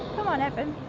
come on evan.